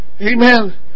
Amen